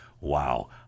Wow